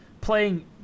playing